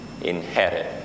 Inherit